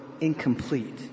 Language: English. incomplete